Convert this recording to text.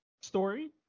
story